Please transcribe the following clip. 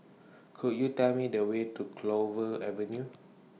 Could YOU Tell Me The Way to Clover Avenue